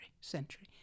century